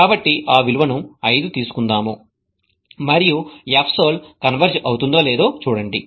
కాబట్టి ఆ విలువను 5 తీసుకుందాం మరియు fsol కన్వర్జ్ అవుతుందో లేదో చూడండి